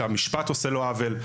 שמערכת המשפט עושה לו עוול,